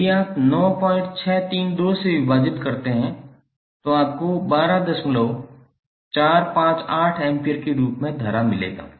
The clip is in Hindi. यदि आप 9632 से विभाजित करते हैं तो आपको 12458 एम्पीयर के रूप में धारा मिलेगा